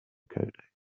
codec